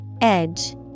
Edge